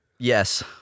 Yes